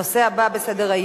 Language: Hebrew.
הנושא הבא בסדר-היום